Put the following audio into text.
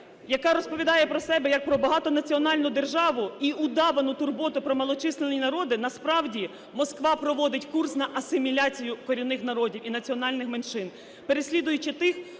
яка розповідає про себе, як про багатонаціональну державу і удавану турботу про малочислені народи, насправді Москва проводить курс на асиміляцію корінних народів і національних, переслідуючи тих,